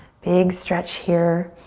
big stretch here.